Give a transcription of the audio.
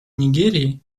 нигерии